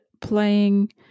playing